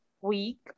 week